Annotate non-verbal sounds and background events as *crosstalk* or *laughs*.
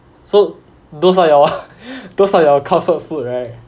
so those are your *laughs* those are your comfort food right